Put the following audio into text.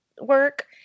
work